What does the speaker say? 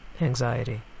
anxiety